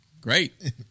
great